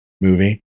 movie